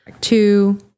Two